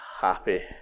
happy